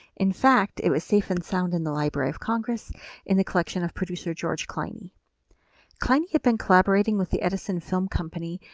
in fact, it was safe and sound in the library of congress in the collection of producer george kleine. yeah kleine had been collaborating with the edison film company,